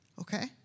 Okay